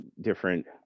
different